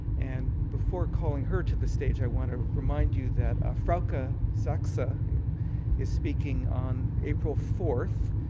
and before calling her to the stage, i want to remind you that ah fraulka saxa is speaking on april fourth.